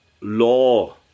law